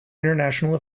international